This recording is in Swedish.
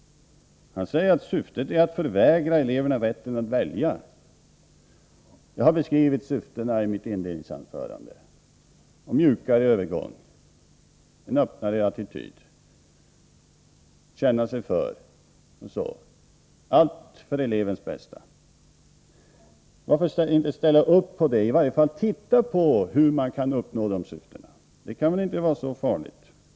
Han säger att syftet är att förvägra eleverna rätten att välja. Jag har beskrivit syftena i mitt inledningsanförande — det skall vara mjukare övergång, öppnare attityd, man skall kunna känna sig för osv. Allt detta är för elevens bästa. Varför kan man inte ställa upp på det, eller i varje fall titta på hur man kan uppnå dessa syften? Det är väl ändå inte så farligt att studera saken.